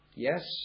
Yes